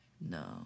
No